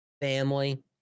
family